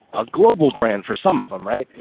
ah, global brand. for some of them, right?